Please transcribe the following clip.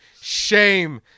Shame